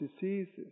diseases